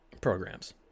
programs